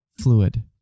fluid